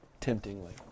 temptingly